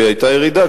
שהיתה ירידה,